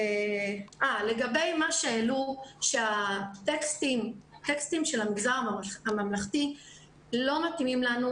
לגבי מה שהעלו שהטקסטים של המגזר הממלכתי לא מתאימים לנו,